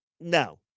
No